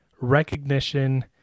recognition